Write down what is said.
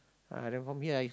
ah then from here I